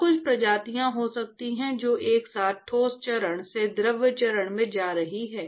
और कुछ प्रजातियां हो सकती हैं जो एक साथ ठोस चरण से द्रव चरण में जा रही हैं